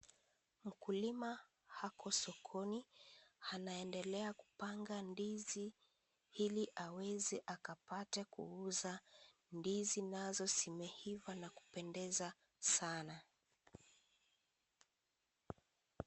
Mkulima ako sokoni. Anaendelea kupanga ndizi, ili aweze akapata kuuza. Ndizi nazo zimeiva na kupendeza sana.